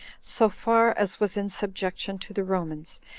so far as was in subjection to the romans,